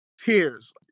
tears